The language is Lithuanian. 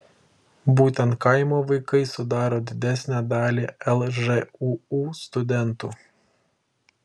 būtent kaimo vaikai sudaro didesnę dalį lžūu studentų